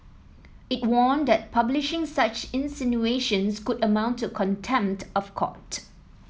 it warned that publishing such insinuations could amount to contempt of court